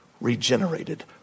Regenerated